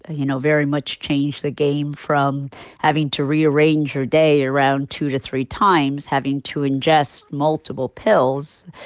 ah you know, very much changed the game from having to rearrange your day around two to three times, having to ingest multiple pills.